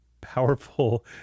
powerful